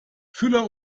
füller